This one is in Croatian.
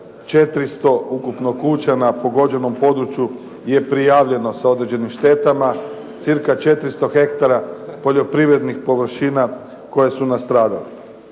400 ukupno kuća na pogođenom području je prijavljeno sa određenim štetama. Cca 400 hektara poljoprivrednih površina koje su nastradale.